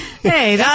Hey